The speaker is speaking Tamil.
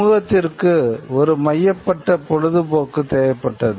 சமூகத்திற்கு ஒரு மையப்படுத்தப்பட்ட பொழுதுபோக்கு தேவைப்பட்டது